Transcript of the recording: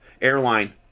airline